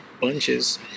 bunches